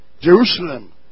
Jerusalem